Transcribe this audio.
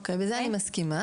עם זה אני מסכימה.